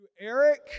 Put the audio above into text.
Eric